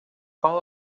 qual